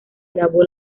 grabó